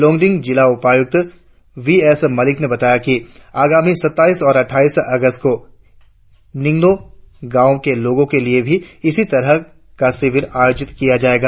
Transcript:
लोगडिंग जिला उपायुक्त V S Malik ने बताया कि आगामी सत्ताइस और अट्ठाइस अगस्त को न्गिनो गाव के लोगो के लिए भी इसी तरह का शिविर आयोजित किया जायेगा